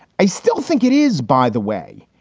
i still think it is, by the way.